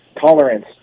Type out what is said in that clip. tolerance